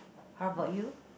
how about you